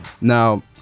Now